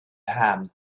ham